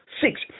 six